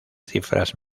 cifras